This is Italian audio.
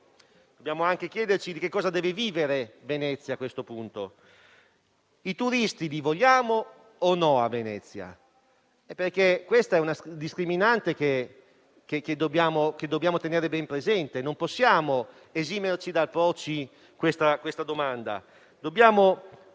dobbiamo anche chiederci di cosa deve vivere Venezia a questo punto. I turisti li vogliamo o no a Venezia? È una scriminante che dobbiamo tenere ben presente; non possiamo esimerci dal porci questa domanda. Dobbiamo